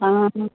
हाँ हाँ